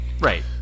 Right